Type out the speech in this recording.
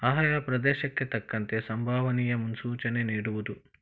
ಆಯಾ ಪ್ರದೇಶಕ್ಕೆ ತಕ್ಕಂತೆ ಸಂಬವನಿಯ ಮುನ್ಸೂಚನೆ ನಿಡುವುದು